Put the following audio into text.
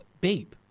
babe